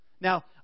Now